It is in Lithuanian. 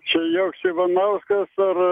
čia joks ivanauskas ar